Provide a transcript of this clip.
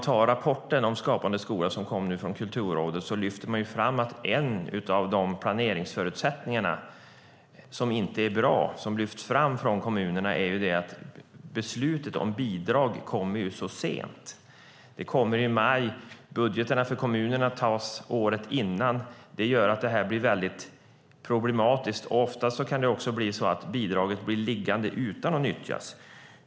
I rapporten om Skapande skola som kom från Kulturrådet tas det upp att en av de planeringsförutsättningar som inte är bra och som kommunerna lyfter fram gäller beslutet om bidrag som kommer så sent. Det kommer i maj. Kommunernas budgetar antas året innan. Det gör att det blir väldigt problematiskt. Ofta kan bidraget bli liggande utan att nyttjas.